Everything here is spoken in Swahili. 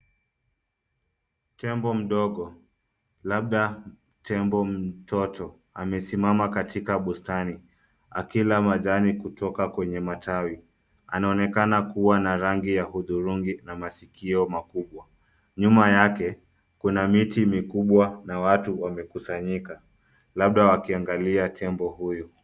Tembo mdogo, labda tembo mtoto amesimama katika bustani akila majani kutoka kwenye matawi. Anaonekana kuwa na rangi ya hudhurungi na masikio makubwa. Nyuma yake, kuna miti mikubwa na watu wamekusanyika, labda wakiangalia tembo huyu.